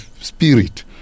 spirit